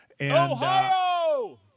Ohio